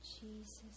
Jesus